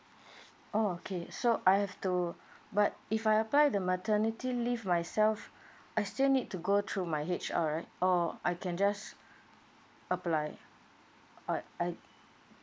okay so I have to but if I apply the maternity leave myself I still need to go through my H_R right or I can just apply or I